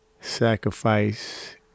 Sacrifice